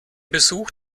besuch